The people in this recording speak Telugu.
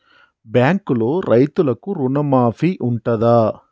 బ్యాంకులో రైతులకు రుణమాఫీ ఉంటదా?